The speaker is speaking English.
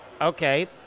Okay